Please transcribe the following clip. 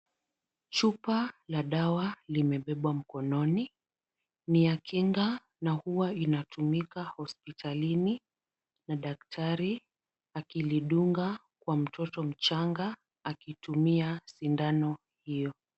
Shufla la dawa limebebwa mikononi ,ni ya kinga na uwa inatumika hospitalini na daktari akilidunga kwa mtoto mchanga akitumia sindano hiyo.